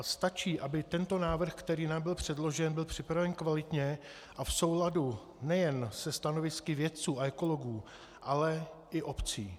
Stačí, aby tento návrh, který nám byl předložen, byl připraven kvalitně a v souladu nejen se stanovisky vědců a ekologů, ale i obcí.